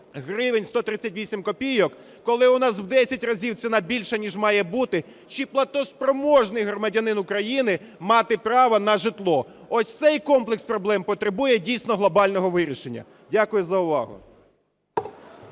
гривень 38 копійок, коли у нас в 10 разів ціна більша, ніж має бути, чи платоспроможний громадянин України мати право на житло? Ось цей комплекс проблем потребує дійсно глобального вирішення. Дякую за увагу.